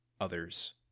others